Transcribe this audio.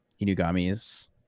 Inugamis